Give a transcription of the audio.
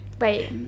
Wait